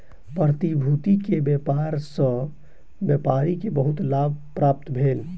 प्रतिभूति के व्यापार सॅ व्यापारी के बहुत लाभ प्राप्त भेल